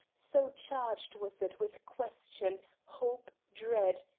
so charged was it with question, hope, dread,